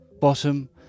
bottom